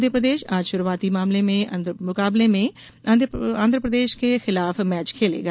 मध्यप्रदेश आज शुरूआती मुकाबले में आन्ध्रप्रदेश के खिलाफ मैच खेलेगा